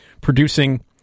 producing